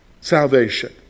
salvation